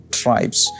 tribes